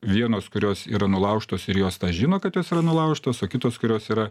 vienos kurios yra nulaužtos ir jos tą žino kad jos yra nulaužtos o kitos kurios yra